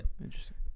interesting